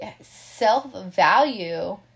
self-value